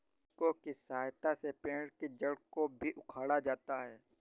backhoe की सहायता से पेड़ के जड़ को भी उखाड़ा जाता है